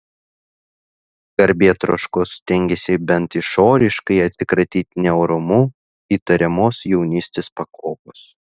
garbėtroškos stengėsi bent išoriškai atsikratyti neorumu įtariamos jaunystės pakopos